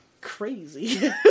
crazy